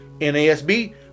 NASB